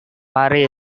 hari